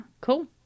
cool